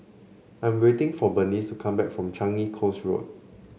I'm waiting for Bernice come back from Changi Coast Road